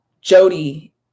Jody